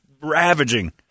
ravaging